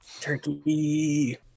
Turkey